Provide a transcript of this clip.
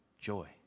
joy